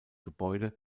gebäude